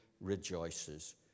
rejoices